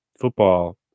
football